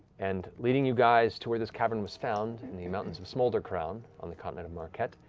and leading you guys to where this cavern was found in the mountains of smouldercrown on the continent of marquet,